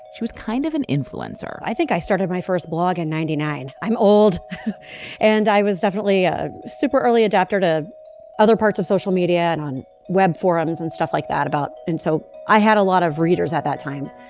she was kind of an influencer. i think i started my first blog in ninety nine. i'm old and i was definitely a super early adopter to other parts of social media and on web forums and stuff like that about and so i had a lot of readers at that time.